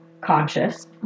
conscious